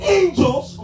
angels